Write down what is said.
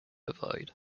avoid